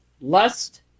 lust